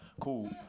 cool